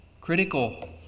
Critical